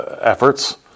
efforts